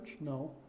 No